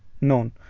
known